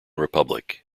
republic